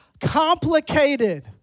complicated